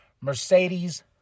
mercedes